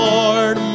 Lord